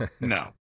no